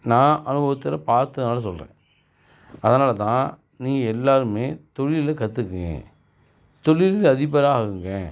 நான் அனுபவத்தில் பார்த்ததுனால சொல்கிறேன் அதனால் தான் நீங்கள் எல்லாருமே தொழிலில் கற்றுக்குங்க தொழில் அதிபராக ஆகுங்க